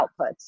outputs